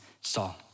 Saul